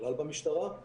בכלל במשטרה?